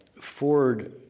Ford